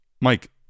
Mike